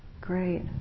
Great